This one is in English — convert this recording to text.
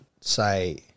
say